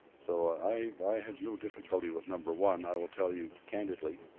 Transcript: so i i have no difficulty with number one. i will tell you candidly.